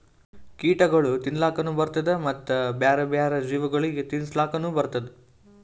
ಕೀಟಗೊಳ್ ತಿನ್ಲುಕನು ಬರ್ತ್ತುದ ಮತ್ತ ಬ್ಯಾರೆ ಬ್ಯಾರೆ ಜೀವಿಗೊಳಿಗ್ ತಿನ್ಸುಕನು ಬರ್ತ್ತುದ